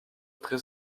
très